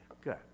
Good